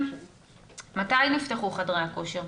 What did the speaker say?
מתי נפתחו חדרי הכושר?